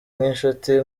nk’inshuti